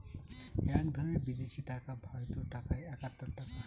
এক ধরনের বিদেশি টাকা ভারতীয় টাকায় একাত্তর টাকা